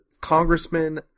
Congressman